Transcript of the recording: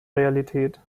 realität